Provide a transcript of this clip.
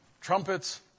Trumpets